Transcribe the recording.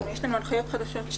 יש לנו הנחיות חדשות.